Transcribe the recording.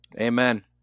Amen